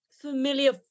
familiar